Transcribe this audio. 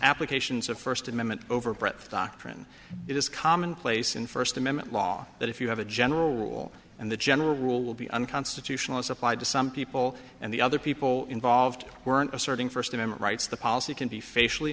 applications of first amendment over breath doctrine it is commonplace in first amendment law that if you have a general rule and the general rule will be unconstitutional as applied to some people and the other people involved were asserting first amendment rights the policy can be fa